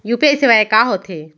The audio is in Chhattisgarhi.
यू.पी.आई सेवाएं का होथे